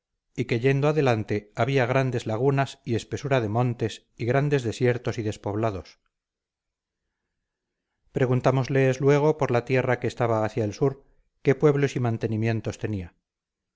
y que yendo adelante había grandes lagunas y espesura de montes y grandes desiertos y despoblados pregutámosles luego por la tierra que estaba hacia el sur qué pueblos y mantenimientos tenía